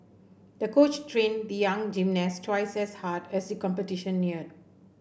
the coach trained the young gymnast twice as hard as the competition neared